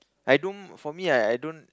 I don't for me I I don't